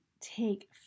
take